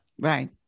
Right